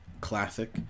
classic